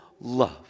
love